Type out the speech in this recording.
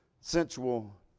sensual